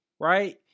right